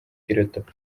kirjutab